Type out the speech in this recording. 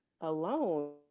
alone